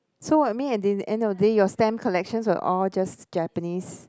so what I mean in the end of the day your stamp collections were all just Japanese